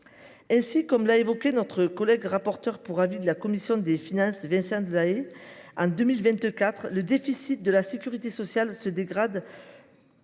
Ainsi, comme l’a évoqué le rapporteur pour avis de la commission des finances Vincent Delahaye, le déficit de la sécurité sociale se dégrade